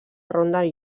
ronda